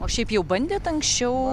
o šiaip jau bandėt anksčiau